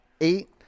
eight